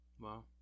Wow